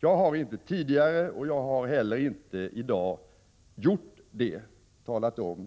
Jag har inte tidigare och inte heller i dag gjort det.